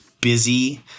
busy